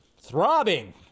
throbbing